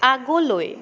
আগলৈ